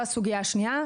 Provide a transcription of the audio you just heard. זו הסוגייה השנייה.